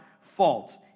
fault